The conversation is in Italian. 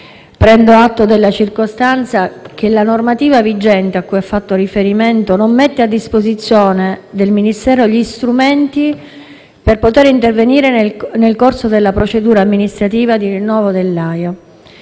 Prendo atto della circostanza che la normativa vigente a cui ha fatto riferimento non mette a disposizione del Ministero gli strumenti per poter intervenire nel corso della procedura amministrativa di rinnovo dell'AIA,